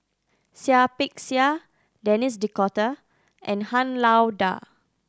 Seah Peck Seah Denis D'Cotta and Han Lao Da